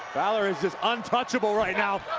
balor is just untouchable right now.